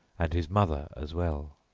and his mother as well.